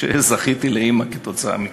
שזכיתי לאימא כתוצאה מכך.